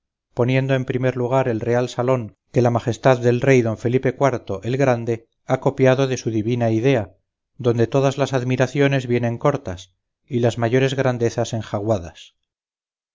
poniendo en primer lugar el real salón que la majestad del rey don felipe iv el grande ha copiado de su divina idea donde todas las admiraciones vienen cortas y las mayores grandezas